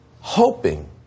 hoping